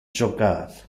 jocar